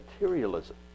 materialism